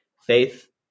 faith